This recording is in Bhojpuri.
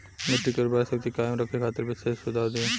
मिट्टी के उर्वरा शक्ति कायम रखे खातिर विशेष सुझाव दी?